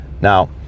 now